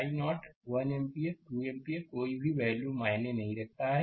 I0 1 ampere 2 ampere का कोई भी वैल्यू मायने नहीं रखता है